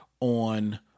on